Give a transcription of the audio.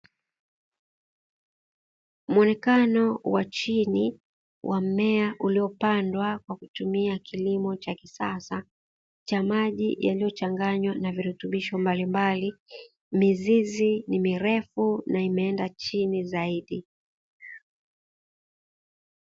Muonekanao wa chini wa mmea uliopandwa kwa kutumia kilimo cha kisasa cha kutumia maji yaliyochanganywa na virutubisho mbalimbali, mizizi ni mirefu na imeenda chini zaidi.